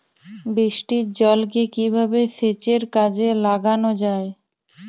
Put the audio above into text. বৃষ্টির জলকে কিভাবে সেচের কাজে লাগানো য়ায়?